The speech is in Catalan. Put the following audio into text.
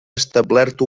establert